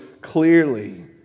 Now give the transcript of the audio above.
clearly